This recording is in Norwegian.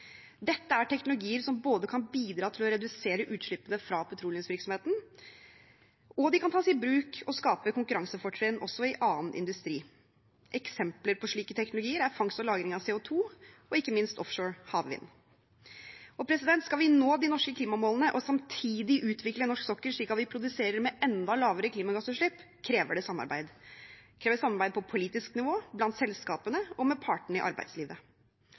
Dette er teknologier som både kan bidra til å redusere utslippene fra petroleumsvirksomheten, og de kan tas i bruk og skape konkurransefortrinn også i annen industri. Eksempler på slike teknologier er fangst og lagring av CO 2 og ikke minst offshore havvind. Skal vi nå de norske klimamålene og samtidig utvikle norsk sokkel slik at vi produserer med enda lavere klimagassutslipp, krever det samarbeid. Det krever samarbeid på politisk nivå, blant selskapene og med partene i arbeidslivet.